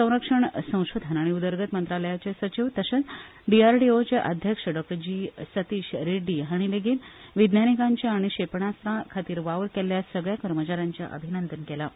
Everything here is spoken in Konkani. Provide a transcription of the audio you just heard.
संरक्षण संशोधन आनी उदरगत मंत्रालयाचे सचीव तशेंच डीआरडीओचे अध्यक्ष डॉ जी सतीश रेड्डी हांणी लेगीत विज्ञानीकांचे आनी क्षेपणास्त्रा खातीर वावर केल्ल्या सगल्या कर्मचा यांचे अभिनंदन केलां